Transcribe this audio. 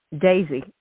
Daisy